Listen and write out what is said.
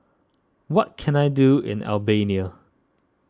what can I do in the Albania